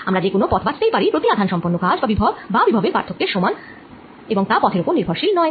আমরা যে কোন পথ বাছতেই পারি প্রতি আধান সম্পন্ন কাজ যা বিভব বা বিভব পার্থক্যের সমান তা পথের ওপর নির্ভরশীল নয়